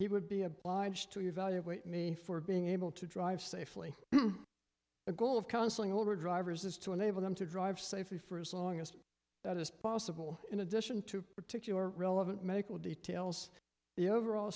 he would be obliged to evaluate me for being able to drive safely the goal of counseling older drivers is to enable them to drive safely for as long as that is possible in addition to particular relevant medical details the overall